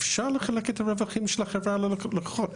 אפשר לחלק את הרווחים של החברה ללקוחות,